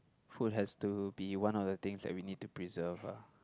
food has to be one of the things that we need to preserve uh